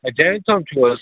A Javed صٲب چھِو حظ